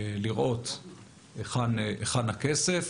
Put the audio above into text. לראות היכן הכסף.